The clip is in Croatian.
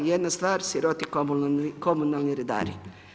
Jedna stvar siroti komunalni redari.